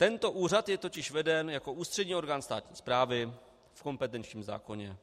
Tento úřad je totiž veden jako ústřední orgán státní správy v kompetenčním zákoně.